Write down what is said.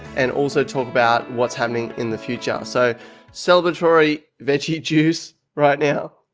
and also talk about what's happening in the future. so celebrate rory veggie juice right now